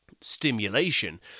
stimulation